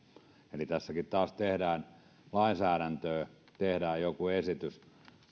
eli tässäkin taas tehdään lainsäädäntöä tehdään joku esitys